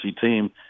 team